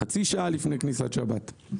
חצי שעה לפני כניסת שבת.